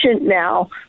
now